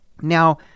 Now